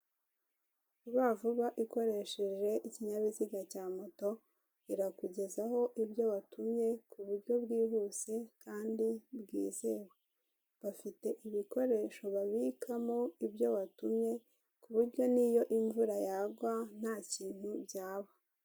Vuba vuba ikoresheje ikinyabiziga cya moto, irakugezaho ibyo ubatumye mu buryo bwhuse kandi bwizewe. Bafite ibikoresho babikamo ibyo ubatumye, ku buryo imvura yagwa ntakintu byaba.